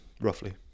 roughly